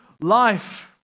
life